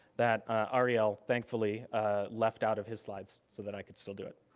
that ariel thankfully left out of his slides, so that i could still do it.